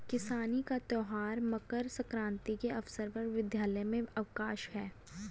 किसानी का त्यौहार मकर सक्रांति के अवसर पर विद्यालय में अवकाश है